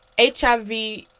HIV